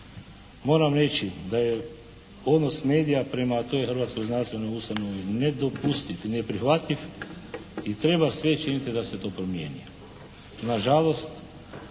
Moram reći da je odnos medija prema toj hrvatskoj znanstvenoj ustanovi ne dopustiti, ne prihvativ i treba sve činiti da se to promijenit. Nažalost